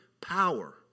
power